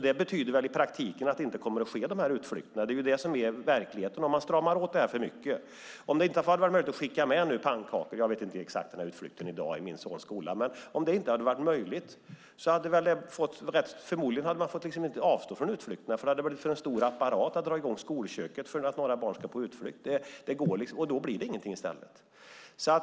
Det skulle väl i praktiken betyda att dessa utflykter inte kommer att ske. Det blir verkligheten om man stramar åt detta för mycket. Nu vet jag inte exakt hur det var med den här utflykten i dag i min sons skola, men om det inte hade varit möjligt att skicka med pannkakor till den hade man förmodligen fått avstå från den. Det hade blivit en för stor apparat att dra i gång skolköket för att några barn skulle på utflykt. Då blir det ingenting i stället.